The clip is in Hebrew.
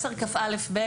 סעיף 10כב(ב),